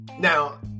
Now